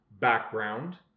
background